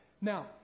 Now